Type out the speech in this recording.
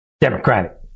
Democratic